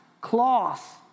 cloth